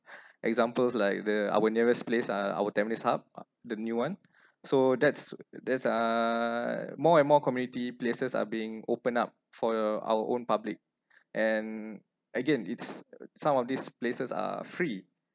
examples like the our nearest place uh our tampines hub the new one so that's that's uh more and more community places are being open up for your our own public and again it's some of these places are free